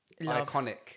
Iconic